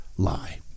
lie